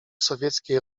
sowieckiej